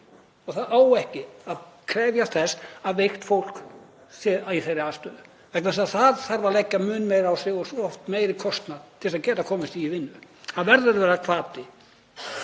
Það á ekki að krefjast þess að veikt fólk sé í þeirri aðstöðu vegna þess að það þarf að leggja mun meira á sig, oft meiri kostnað, til að geta komist í vinnu. Það verður að vera hvati